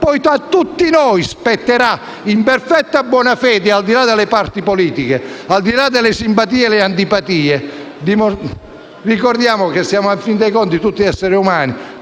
Poi a tutti noi spetterà decidere, in perfetta buona fede, al di là delle parti politiche, delle simpatie e antipatie. Ricordiamo che siamo, in fin dei conti, tutti esseri umani.